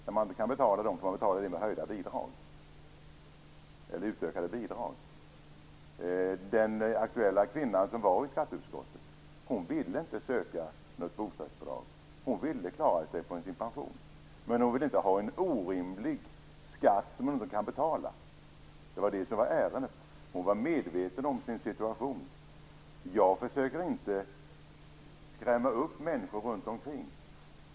När man inte kan betala dem får man betala dem med utökade bidrag. Den aktuella kvinna som uppvaktade skatteutskottet vill inte söka något bostadsbidrag. Hon vill klara sig på sin pension. Men hon vill inte ha en orimlig skatt som hon inte kan betala. Det var det som var ärendet. Hon var medveten om sin situation. Jag försöker inte skrämma upp människor runt omkring.